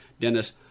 Dennis